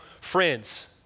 friends